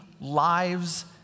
lives